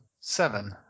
Seven